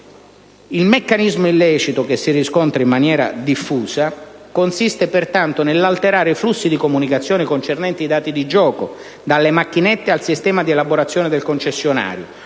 Il meccanismo illecito che si riscontra in maniera diffusa consiste, pertanto, nell'alterare i flussi di comunicazione concernenti i dati di gioco dalle macchinette al sistema di elaborazione del concessionario,